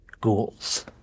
ghouls